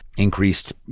increased